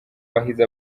wahize